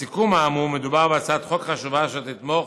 לסיכום האמור, מדובר בהצעת חוק חשובה, אשר תתמוך